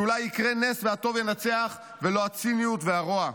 שאולי יקרה נס והטוב ינצח ולא הציניות והרוע.